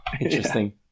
interesting